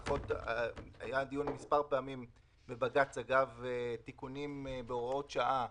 היה דיון מספר פעמים בבג"ץ אגב תיקונים בהוראות שעה